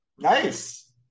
Nice